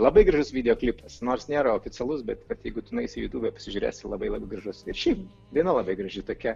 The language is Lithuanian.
labai gražus videoklipas nors nėra oficialus bet vat jeigu tu nueisi į jutube pasižiūrėsi labai labai gražus ir šiaip daina labai graži tokia